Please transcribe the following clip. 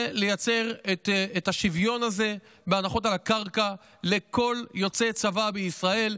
היא לייצר את השוויון הזה בהנחות על הקרקע לכל יוצא צבא בישראל,